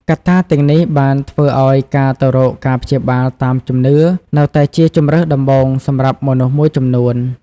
កត្តាទាំងនេះបានធ្វើឱ្យការទៅរកការព្យាបាលតាមជំនឿនៅតែជាជម្រើសដំបូងសម្រាប់មនុស្សមួយចំនួន។